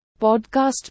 podcast